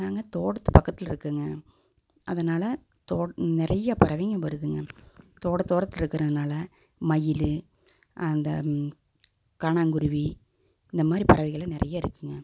நாங்கள் தோட்டத்துப் பக்கத்தில் இருக்கோங்க அதனால் நிறைய பறவைங்க வருதுங்க தோட்டத்து ஓரத்தில் இருக்குறதுனால் மயில் அந்த காணாங்குருவி இந்தமாதிரி பறவைகள் நிறைய இருக்குங்க